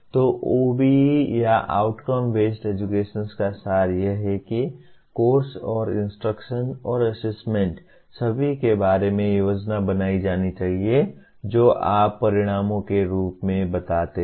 तो OBE या outcome based education का सार यह है कि कोर्स और इंस्ट्रक्शन और असेसमेंट सभी के बारे में योजना बनाई जानी चाहिए जो आप परिणामों के रूप में बताते हैं